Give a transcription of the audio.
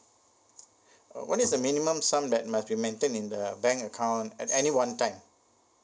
uh what is the minimum sum that must be maintain in the bank account at any one time